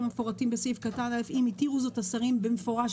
המפורטים בסעיף קטן (א) אם התירו זאת השרים במפורש